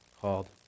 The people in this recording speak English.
called